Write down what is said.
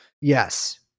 Yes